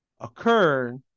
occurred